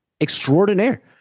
extraordinaire